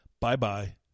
bye-bye